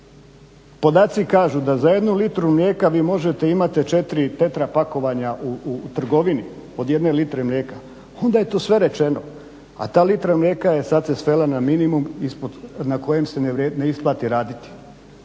Podaci kažu da za jednu litru mlijeka vi možete, imate 4 tetra pakovanja u trgovini, od jedne litre mlijeka. Onda je tu sve rečeno, a ta litra mlijeka je sad se svela na minimum na kojem se ne isplati raditi.